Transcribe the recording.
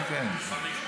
כן, כן.